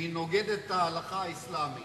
והיא נוגדת את ההלכה האסלאמית.